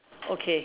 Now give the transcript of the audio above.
okay